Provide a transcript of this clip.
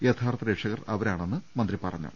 യഥാർത്ഥ രക്ഷകർ അവരാണെന്നും മന്ത്രി പറഞ്ഞു